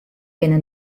binne